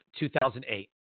2008